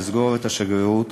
החלטה לסגור את השגרירות,